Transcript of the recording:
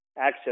access